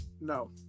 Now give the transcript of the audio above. no